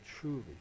truly